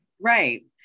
Right